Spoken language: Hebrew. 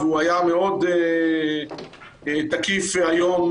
והוא היה מאוד תקיף היום